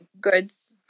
goods